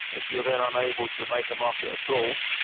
if you're then unable to make a market at so